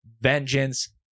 Vengeance